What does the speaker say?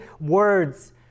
words